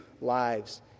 lives